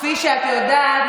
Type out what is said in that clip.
כפי שאת יודעת,